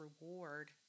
reward